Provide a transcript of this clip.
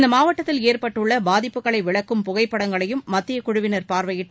இம்மாவட்டத்தில் ஏற்பட்டுள்ள பாதிப்புகளை விளக்கும் புகைப்படங்களையும் மத்திய குழுவினர் பார்வையிட்டு